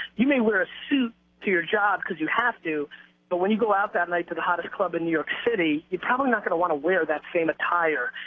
you may wear a suit to your job because you have to but when you go out that night to the hottest club in new york city you're probably not going to want to wear that same attire.